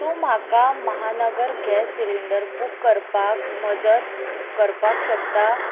तूं म्हाका Mahanagar gas cylinder book करपाक मजत करपाक शकता